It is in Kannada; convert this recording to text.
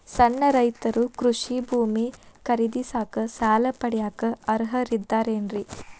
ಸಣ್ಣ ರೈತರು ಕೃಷಿ ಭೂಮಿ ಖರೇದಿಸಾಕ, ಸಾಲ ಪಡಿಯಾಕ ಅರ್ಹರಿದ್ದಾರೇನ್ರಿ?